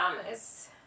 promise